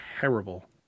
Terrible